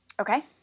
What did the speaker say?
Okay